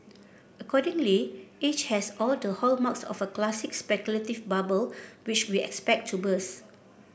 accordingly each has all the hallmarks of a classic speculative bubble which we expect to burst